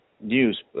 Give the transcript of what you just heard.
news